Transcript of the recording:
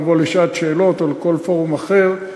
אני מוכן לבוא לשעת שאלות או לכל פורום אחר.